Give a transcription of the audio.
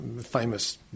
famous